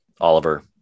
Oliver